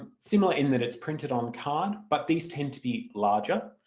um similar in that it's printed on card but these tend to be larger,